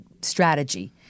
strategy